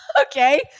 okay